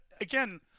again